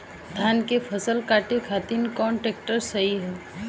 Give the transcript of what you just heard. धान के फसल काटे खातिर कौन ट्रैक्टर सही ह?